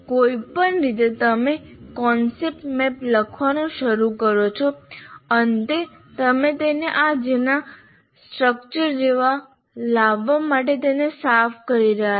કોઈપણ રીતે તમે કોન્સેપ્ટ મેપ લખવાનું શરૂ કરો છો અંતે તમે તેને આના જેવા સ્ટ્રક્ચરમાં લાવવા માટે તેને સાફ કરી શકો છો